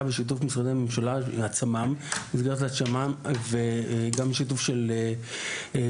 בשיתוף של משרדי הממשלה עצמם ובשיתוף של אלקה,